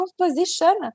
composition